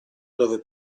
dove